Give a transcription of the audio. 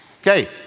Okay